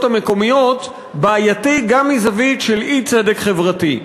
המקומיות בעייתי גם מזווית של אי-צדק חברתי.